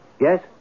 Yes